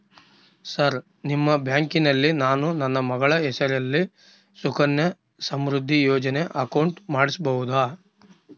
Sir ನಿಮ್ಮ ಬ್ಯಾಂಕಿನಲ್ಲಿ ನಾನು ನನ್ನ ಮಗಳ ಹೆಸರಲ್ಲಿ ಸುಕನ್ಯಾ ಸಮೃದ್ಧಿ ಯೋಜನೆ ಅಕೌಂಟ್ ಮಾಡಿಸಬಹುದಾ?